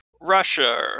Russia